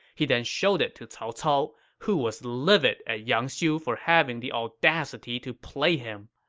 he then showed it to cao cao, who was livid at yang xiu for having the audacity to play him.